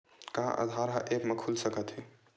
का आधार ह ऐप म खुल सकत हे?